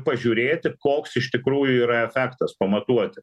pažiūrėti koks iš tikrųjų yra efektas pamatuoti